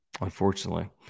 Unfortunately